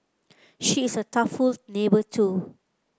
she is a thoughtful neighbour too